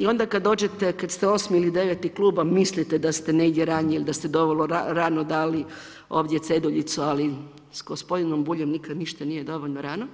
I onda kad dođete, kad ste osmi ili deveti klub, a mislite da ste negdje ranije ili da ste dovoljno rano dali ovdje ceduljicu, ali s gospodinom Buljem nikad ništa nije dovoljno rano,